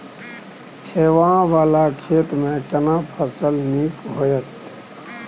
छै ॉंव वाला खेत में केना फसल नीक होयत?